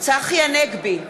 צחי הנגבי,